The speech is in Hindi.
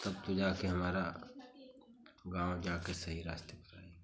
तब तो जाकर हमारा गाँव जाकर सही रास्ते पर आएगा